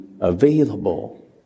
available